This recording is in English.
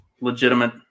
legitimate